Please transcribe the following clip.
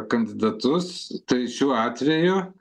kandidatus tai šiuo atveju